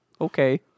Okay